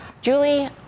Julie